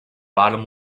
bottom